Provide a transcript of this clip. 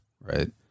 right